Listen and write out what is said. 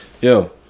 Yo